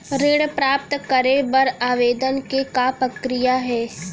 ऋण प्राप्त करे बर आवेदन के का प्रक्रिया हे?